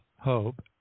hope